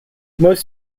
most